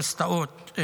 ובאוניברסיטאות